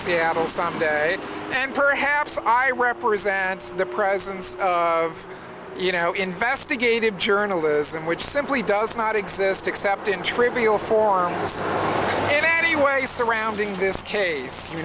seattle someday and perhaps i represents the presence of you know investigative journalism which simply does not exist except in trivial forms and anyway surrounding this case you